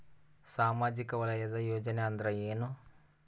ಸಾಮಾಜಿಕ ವಲಯದ ಯೋಜನೆ ಅಂದ್ರ ಏನ?